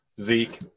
Zeke